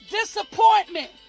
disappointment